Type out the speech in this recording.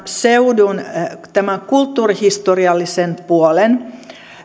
seudun kulttuurihistoriallisen puolen